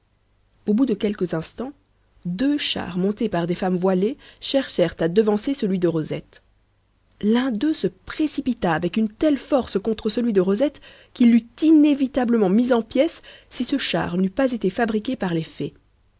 au bout de quelques instants deux chars montés par des femmes voilées cherchèrent à devancer celui de rosette l'un d'eux se précipita avec une telle force contre celui de rosette qu'il l'eût inévitablement mis en pièces si ce char n'eût pas été fabriqué par les fées